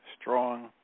strong